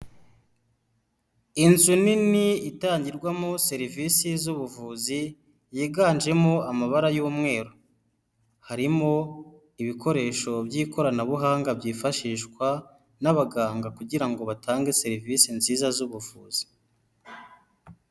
Inzu nini itangirwamo serivisi z'ubuvuzi yiganjemo amabara y'umweru, harimo ibikoresho by'ikoranabuhanga byifashishwa n'abaganga kugira ngo batange serivisi nziza z'ubuvuzi.